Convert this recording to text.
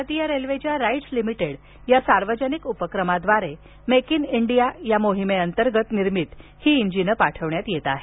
भारतीय रेल्वेच्या राईट्स लिमिटेड या सार्वजनिक उपक्रमाद्वारे मेक इन इंडिया अंतर्गत निर्मित ही इंजिन्स पाठविण्यात येत आहेत